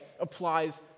applies